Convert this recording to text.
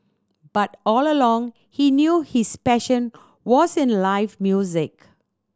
but all along he knew his passion was in live music